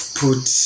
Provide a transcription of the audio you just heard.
put